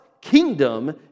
kingdom